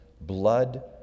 blood